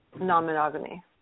non-monogamy